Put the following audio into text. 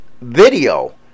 video